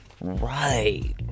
Right